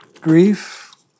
grief